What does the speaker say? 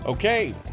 Okay